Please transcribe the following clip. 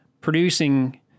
producing